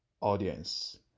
audience